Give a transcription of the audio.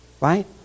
right